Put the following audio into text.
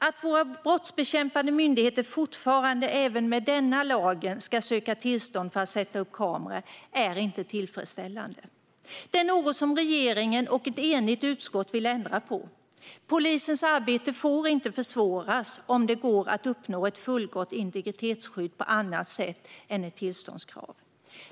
Att våra brottsbekämpande myndigheter fortfarande även med denna lag ska söka tillstånd för att sätta upp kameror är inte tillfredsställande. Det är en oro som regeringen och ett enigt utskott vill ändra på. Polisens arbete får inte försvåras om det går att uppnå ett fullgott integritetsskydd på annat sätt än ett tillståndskrav.